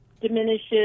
diminishes